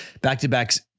back-to-backs